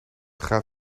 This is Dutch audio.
gaat